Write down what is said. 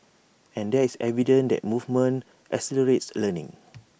and there's evidence that movement accelerates learning